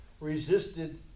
resisted